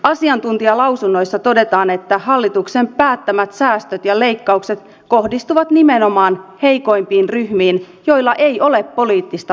asiantuntijalausunnoissa todetaan että hallituksen päättämät säästöt ja leikkaukset kohdistuvat nimenomaan heikoimpiin ryhmiin joilla ei ole poliittista vaikutusvaltaa